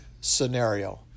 scenario